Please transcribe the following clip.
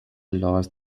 laws